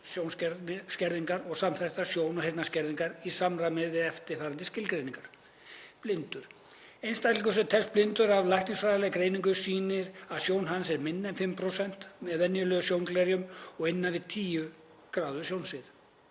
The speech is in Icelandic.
sjónskerðingar og samþættrar sjón- og heyrnarskerðingar, í samræmi við eftirfarandi skilgreiningar: Blindur: Einstaklingur telst blindur ef læknisfræðileg greining sýnir að sjón hans er minni en 5%, með venjulegum sjónglerjum, og innan við 10 gráðu sjónsvið.